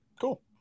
Cool